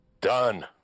Done